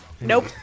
Nope